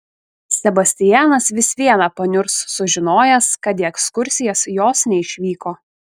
sebastianas vis viena paniurs sužinojęs kad į ekskursijas jos neišvyko